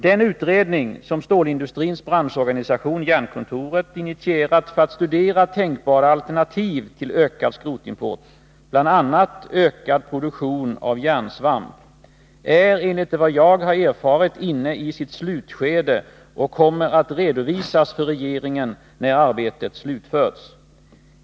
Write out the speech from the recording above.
Den utredning som stålindustrins branschorganisation, Jernkontoret, initierat för att studera tänkbara alternativ till ökad skrotimport, bl.a. ökad produktion av järnsvamp, är enligt vad jag har erfarit inne i sitt slutskede, och resultatet kommer att redovisas för regeringen när arbetet slutförts.